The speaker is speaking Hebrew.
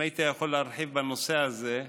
אם היית יכול להרחיב בנושא הזה,